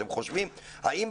שאת